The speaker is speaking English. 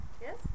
yes